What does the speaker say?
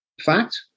fact